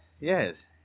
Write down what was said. yes